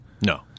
no